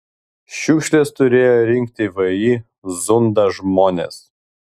šiukšles turėję rinkti vį zunda žmonės